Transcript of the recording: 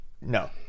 No